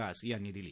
दास यांनी दिली